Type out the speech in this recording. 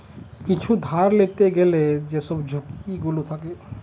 কিছু ধার লিতে গ্যালে যেসব ঝুঁকি গুলো থাকে